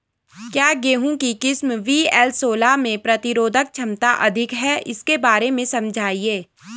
क्या गेहूँ की किस्म वी.एल सोलह में प्रतिरोधक क्षमता अधिक है इसके बारे में समझाइये?